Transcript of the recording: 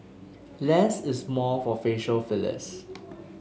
less is more for facial fillers